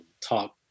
talk